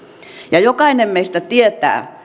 ja jokainen meistä tietää